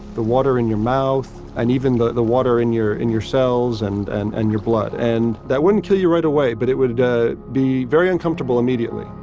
the water in your mouth, and even the the water in your in your cells and and and your blood. and that wouldn't kill you right away but it would ah be very uncomfortable immediately.